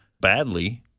badly